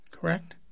correct